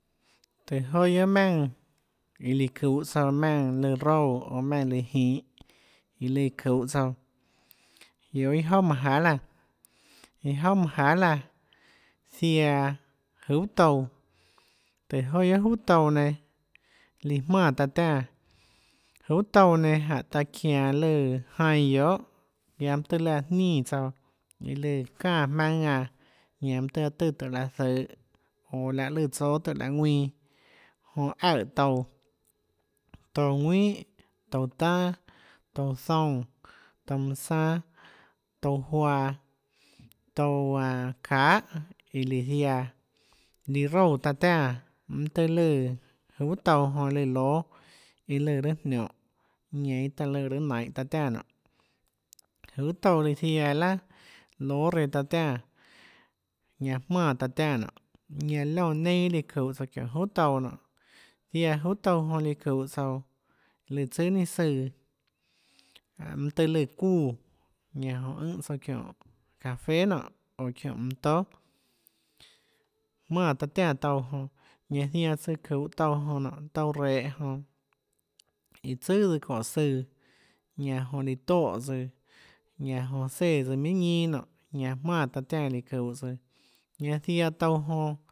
Tùhå joà guiohà maùnã iã lùã çuhå tsouã maùnã lùã roúã oå maùnã lù iã jinhå iã lùã çuhå tsouã guiohà iâ jouà manã jahà laã iâ jouà manã jahà laã ziaã juhà touã tùhå joà guiohà juhà touã nenã lùã jmánã taã tiánã juhà touã nenã jánhå taã çianå lùãjainã guiohà ziaã mønâ tøhê lùã aã jnínã tsouã iã lùã çánã jmaønã ðanã tøhê aã tùã tùhå laã zøhå oå lahê lùã tsóâtùhå aã ðuinã jonã aøè touã touã ðuínhà touã tanà touã zoúnã touã manã sanâ touã juaã touã aå çahà iã lùã ziaã lùã roúã taã tiánã mønâ tøhê lùã juhà touã jonã lùã lóâ iâ lù raâ jniónhå ñanã iâ taã lùã raâ nainhå taã tiánã nonê juhà touã nenã ziaã iâ laà lóâ reã taã tiánã ñanã jmánã taã tiánã nonê ñanã liónã neinâ lùã çuhå tsouã çiónhå juhà touã jonê ziaã juhà touã jonã lùã çuhå tsouã lùã tsùà ninâ søã janê mønâ tøhê lùã çuúã ñanã jonã ùnhã tsouã çiónhå café nonê oå çiónhå mønã tóà jmánã taã tiánã touã jonã ñanã zianã søã çuhã touã jonã nonê touã rehå jonã iã tsøà tsøã çoè søã ñanã jonã líã toè tsøã ñanã jonã séã tsøã minhà ñinâ nonê ñanã jmánã taã tiánã iâ líã çuhå tsøã ñanã ziaã touã jonã